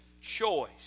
choice